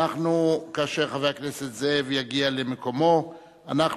כאשר חבר הכנסת זאב יגיע למקומו אנחנו